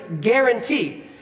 guarantee